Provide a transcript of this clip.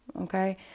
okay